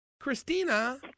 Christina